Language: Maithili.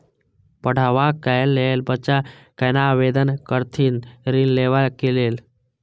पढ़वा कै लैल बच्चा कैना आवेदन करथिन ऋण लेवा के लेल?